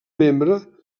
membre